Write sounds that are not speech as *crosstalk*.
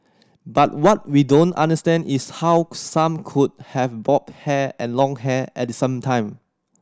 but what we don't understand is how *unintelligible* some could have bob hair and long hair at the same time